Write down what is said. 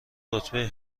رتبه